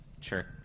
Sure